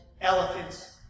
elephants